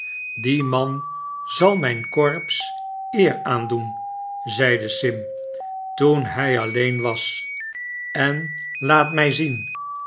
die man zal mijn korps eer aandoen zeide sim toen hij alleen was sen laat mij zienl